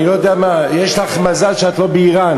אני לא יודע מה, יש לך מזל שאת לא באיראן.